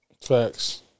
Facts